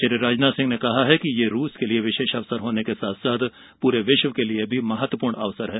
श्री राजनाथ सिंह ने कहा कि यह रूस के लिए विशेष अवसर होने के साथ पूरे विश्व के लिए महत्वपूर्ण अवसर है